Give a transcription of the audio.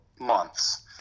months